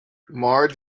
marge